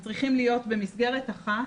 צריכים להיות במסגרת אחת